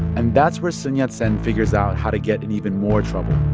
and that's where sun yat-sen figures out how to get in even more trouble.